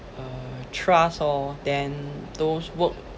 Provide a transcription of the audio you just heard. uh trust orh then those work